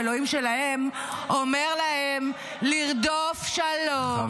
שאלוהים שלהם אומר להם לרדוף שלום -- אתם לא ברבריים,